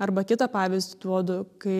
arba kitą pavyzdį duodu kai